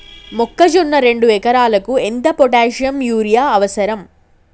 మొక్కజొన్న రెండు ఎకరాలకు ఎంత పొటాషియం యూరియా అవసరం?